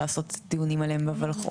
לעשות דיונים עליהם בולחו"ף.